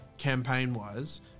Campaign-wise